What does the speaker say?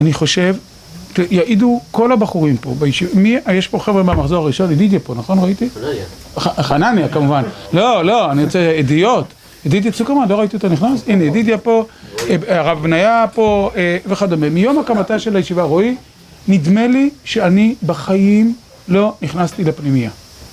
אני חושב, יעידו כל הבחורים פה, יש פה חבר'ה מהמחזור הראשון, ידידיה פה, נכון ראיתי? חנניה. חנניה, כמובן. לא, לא, אני יוצא אדיוט. ידידיה צוקרמן, לא ראיתי אותה נכנס? הנה ידידיה פה, הרב בנייה פה וכדומה. מיום הקמתה של הישיבה, רועי, נדמה לי שאני בחיים לא נכנסתי לפנימיה